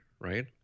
right